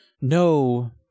No